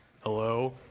Hello